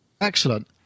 Excellent